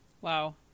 Wow